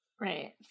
right